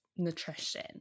nutrition